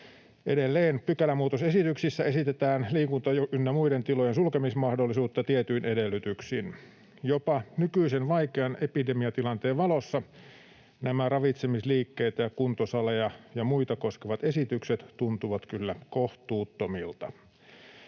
Edelleen pykälämuutosesityksissä esitetään liikunta- ynnä muiden tilojen sulkemismahdollisuutta tietyin edellytyksin. Jopa nykyisen vaikean epidemiatilanteen valossa nämä ravitsemisliikkeitä, kuntosaleja ja muita koskevat esitykset tuntuvat kyllä kohtuuttomilta.